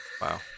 Wow